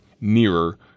nearer